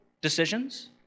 decisions